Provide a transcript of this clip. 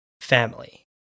family